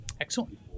Excellent